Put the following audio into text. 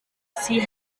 sie